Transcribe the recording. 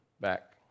Back